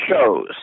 shows –